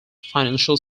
financial